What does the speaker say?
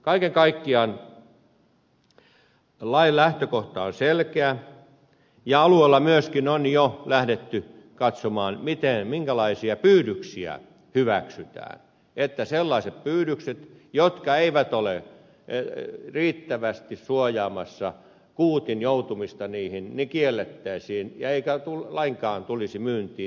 kaiken kaikkiaan lain lähtökohta on selkeä ja alueilla myöskin on jo lähdetty katsomaan minkälaisia pyydyksiä hyväksytään jotta sellaiset pyydykset jotka eivät ole riittävästi suojaamassa kuutin joutumista niihin kiellettäisiin ja ne eivät lainkaan tulisi myyntiin